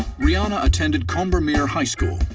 rihanna attended combermere high school,